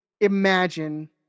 imagine